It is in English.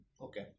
okay